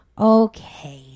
Okay